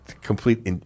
Complete